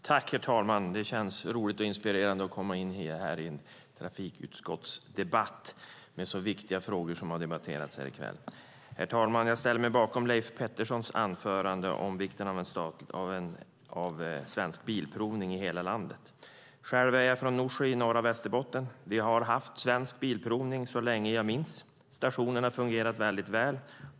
Herr talman! Det känns roligt och inspirerande att komma in i en trafikutskottsdebatt med så viktiga frågor som har debatterats här i kväll. Herr talman! Jag ställer mig bakom Leif Petterssons anförande om vikten av Svensk Bilprovning i hela landet. Själv är jag från Norsjö i norra Västerbotten. Vi har haft Svensk Bilprovning så länge jag minns. Stationen har fungerat väldigt väl.